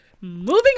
moving